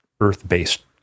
earth-based